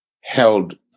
held